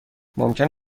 ممکن